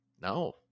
no